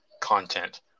content